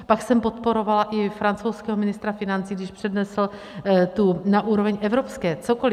Pak jsem podporovala i francouzského ministra financí, když přednesl na úroveň evropské... cokoli.